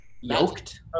Yoked